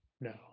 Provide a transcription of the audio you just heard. No